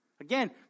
Again